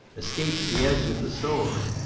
escaped the edge of the sword,